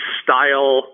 style